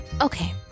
okay